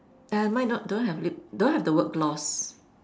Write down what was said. err mine not don't have lip don't have the word gloss